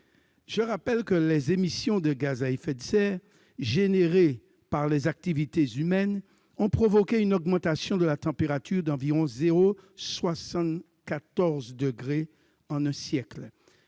Je rappelle que les émissions de gaz à effet de serre engendrées par les activités humaines ont provoqué une augmentation de la température d'environ 0,74°C en un siècle.